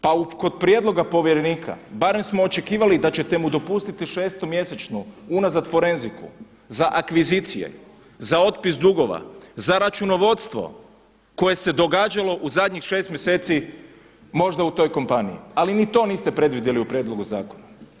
Pa kod prijedloga povjerenika barem smo očekivali da ćete mu dopustiti šestomjesečnu unazad forenziku za akvizicije, za otpis dugova, za računovodstvo koje se događalo u zadnjih 6 mjeseci možda u toj kompaniji, ali ni to niste predvidjeli u prijedlogu zakona.